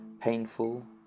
Painful